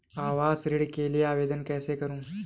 आवास ऋण के लिए आवेदन कैसे करुँ?